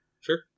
Sure